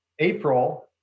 April